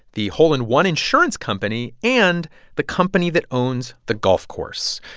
the hole in one insurance company and the company that owns the golf course,